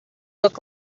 look